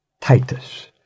Titus